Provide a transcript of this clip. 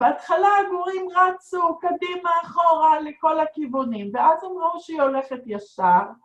בהתחלה הגורים רצו קדימה, אחורה, לכל הכיוונים, ואז הם ראו שהיא הולכת ישר.